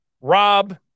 Rob